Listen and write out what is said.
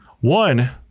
One